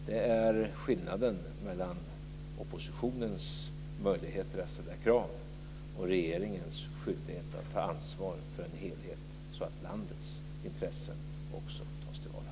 Det är skillnaden mellan oppositionens möjligheter att ställa krav och regeringens skyldighet att ta ansvar för en helhet så att landets intressen också tas till vara.